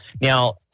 now